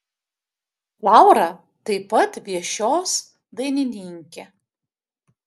laura taip pat viešios dainininkė